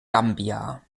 gambia